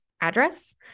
address